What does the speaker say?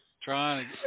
Trying